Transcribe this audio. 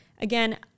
Again